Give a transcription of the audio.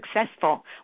successful